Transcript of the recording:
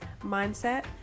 mindset